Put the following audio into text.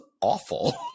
awful